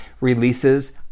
releases